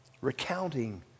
Recounting